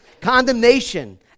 Condemnation